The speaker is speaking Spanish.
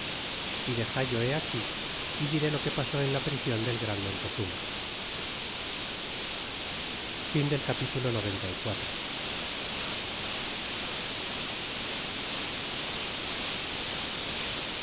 y dexallo he aquí y diré lo que pasó en la prision del gran montezuma